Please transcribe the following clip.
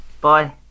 Bye